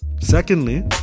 Secondly